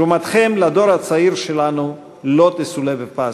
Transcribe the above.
תרומתכם לדור הצעיר שלנו לא תסולא בפז.